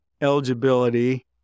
eligibility